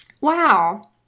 Wow